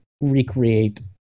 recreate